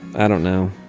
i don't know.